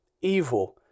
evil